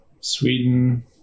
Sweden